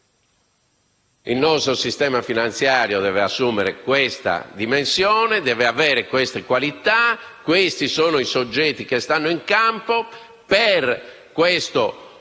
il nostro sistema finanziario deve assumere questa dimensione e avere queste qualità; questi sono i soggetti che stanno in campo; per questo tipo